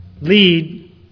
lead